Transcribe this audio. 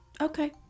Okay